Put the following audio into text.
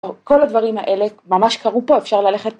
כל הדברים האלה ממש קרו פה אפשר ללכת.